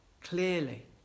clearly